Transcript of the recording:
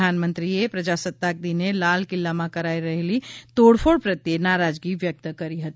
પ્રધાનમંત્રીએ પ્રજાસત્તાક દિને લાલ કિલ્લામાં કરાયેલી તોડફોડ પ્રત્યે નારાજગી વ્યક્ત કરી હતી